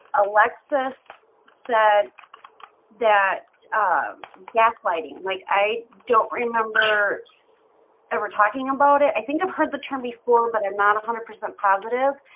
alexis said that um gaslighting like i don't remember ever talking about it. i think i've heard the term before but i'm not one hundred percent positive,